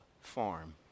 farm